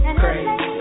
crazy